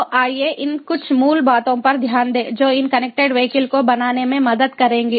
तो आइए इन कुछ मूल बातों पर ध्यान दें जो इन कनेक्टेड वीहिकल को बनाने में मदद करेंगी